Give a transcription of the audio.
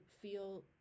feel